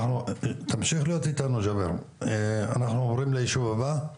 אנחנו עוברים לישוב הבא,